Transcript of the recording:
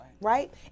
right